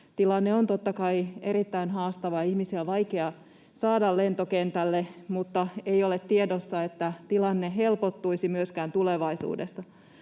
Tilanne on totta kai erittäin haastava. Ihmisiä on vaikeaa saada lentokentälle, mutta ei ole tiedossa, että tilanne helpottuisi myöskään tulevaisuudessa.